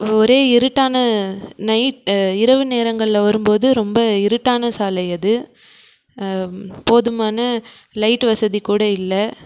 ஒரே இருட்டான நைட் இரவு நேரங்களில் வரும்போது ரொம்ப இருட்டான சாலை அது போதுமான லைட் வசதி கூட இல்லை